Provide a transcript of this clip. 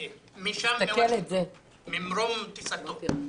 משם, מוושינגטון, ממרום טיסתו.